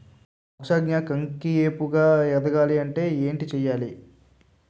మొక్కజొన్న కంకి ఏపుగ ఎదగాలి అంటే ఏంటి చేయాలి?